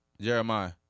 Jeremiah